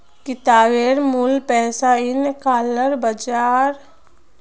किताबेर मूल्य पैसा नइ आंकाल जबा स ख छ